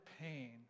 pain